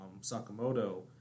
Sakamoto